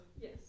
Yes